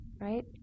right